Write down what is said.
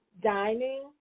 dining